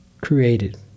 created